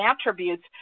attributes